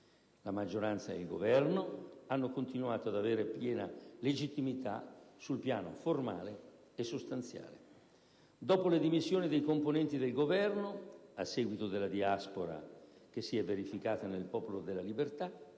La maggioranza e il Governo hanno continuato ad avere piena legittimità sul piano formale e sostanziale. Dopo le dimissioni dei componenti del Governo, a seguito della diaspora che si è verificata nel Popolo della Libertà,